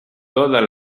todas